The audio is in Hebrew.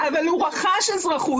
אבל הוא רכש אזרחות.